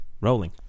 Rolling